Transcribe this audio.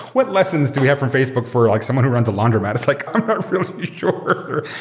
what lessons do you have from facebook for like someone who runs a laundromat? it's like, i'm not really sure.